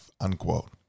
unquote